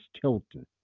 Tilton